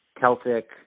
Celtic